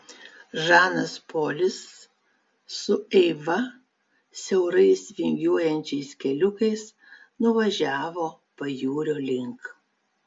žanas polis su eiva siaurais vingiuojančiais keliukais nuvažiavo pajūrio link